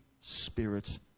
spirit